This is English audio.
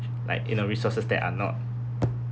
like you know resources that are not